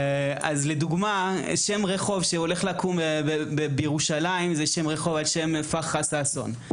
לדוגמה: הולך לקום שם רחוב בירושלים על שם פרחה ששון,